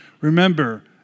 Remember